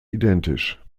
identisch